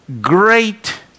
great